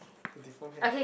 the deform hand